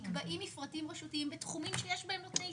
נקבעים מפרטים רשותיים בתחומים שיש בהם נותני אישור,